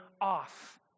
off